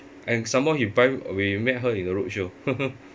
and some more he buy we met her in a roadshow